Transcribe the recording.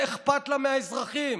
שאכפת לה מהאזרחים,